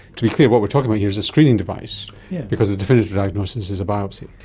to be clear what we're talking about here is a screening device because the definitive diagnosis is a biopsy.